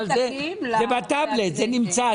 זה בטאבלט, זה נמצא.